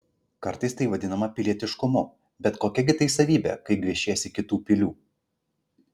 kartais tai vadinama pilietiškumu bet kokia gi tai savybė kai gviešiesi kitų pilių